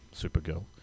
Supergirl